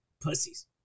pussies